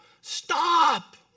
stop